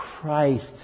Christ